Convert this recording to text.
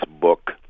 book